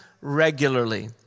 regularly